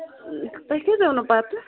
تُہۍ کیٛازِ آوٕ نہٕ پَتہٕ